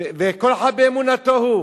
וכל אחד באמונתו הוא,